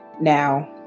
Now